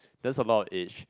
that's a lot of age